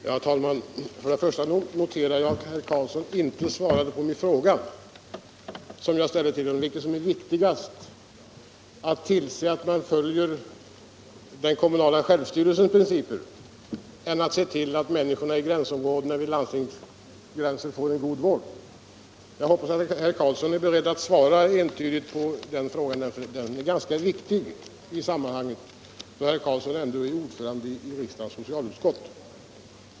Herr talman! Först och främst noterar jag att herr Karlsson i Huskvarna inte svarade på min fråga om vilket som är viktigast, att följa den kommunala självstyrelsens principer eller se till att människorna i områdena kring landstingsgränserna får god vård. Jag hoppas att herr Karlsson nu är beredd att svara entydigt på den frågan, som jag tycker är ganska viktig i sammanhanget. Herr Karlsson är ju ändå ordförande i riksdagens socialutskott.